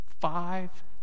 Five